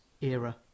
era